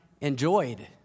enjoyed